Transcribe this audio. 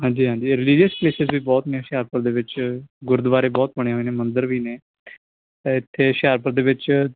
ਹਾਂਜੀ ਹਾਂਜੀ religious places ਵੀ ਬਹੁਤ ਨੇ ਹੁਸ਼ਿਆਰਪੁਰ ਦੇ ਵਿੱਚ ਗੁਰਦੁਆਰੇ ਬਹੁਤ ਬਣੇ ਹੋਏ ਨੇ ਮੰਦਰ ਵੀ ਨੇ ਇੱਥੇ ਹੁਸ਼ਿਆਰਪੁਰ ਦੇ ਵਿੱਚ